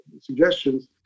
suggestions